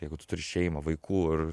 jeigu tu turi šeimą vaikų ir